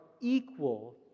equal